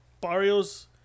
Barrios